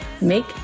Make